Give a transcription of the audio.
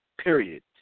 period